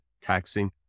taxing